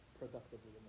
productively